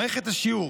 מערכת השיעור